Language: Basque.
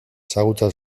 ezagutza